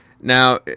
Now